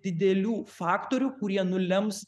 didelių faktorių kurie nulems